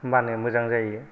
होमबानो मोजां जायो